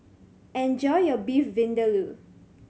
enjoy your Beef Vindaloo